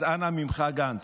אז אנא ממך, גנץ,